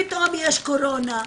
פתאום יש קורונה,